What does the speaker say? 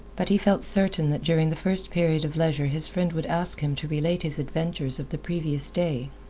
but he felt certain that during the first period of leisure his friend would ask him to relate his adventures of the previous day.